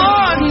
on